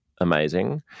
amazing